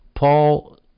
Paul